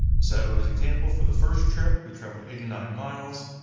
so, as example, for the first trip, we traveled eighty nine miles,